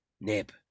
Nib